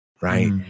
right